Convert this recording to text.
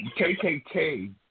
KKK